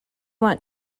want